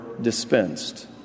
dispensed